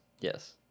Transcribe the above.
Yes